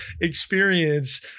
experience